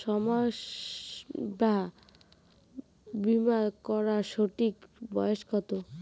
স্বাস্থ্য বীমা করার সঠিক বয়স কত?